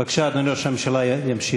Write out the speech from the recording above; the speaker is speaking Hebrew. בבקשה, אדוני ראש הממשלה ימשיך.